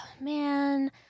man